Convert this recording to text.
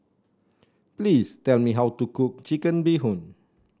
please tell me how to cook Chicken Bee Hoon